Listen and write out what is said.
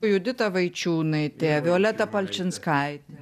judita vaičiūnaitė violeta palčinskaitė